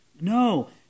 No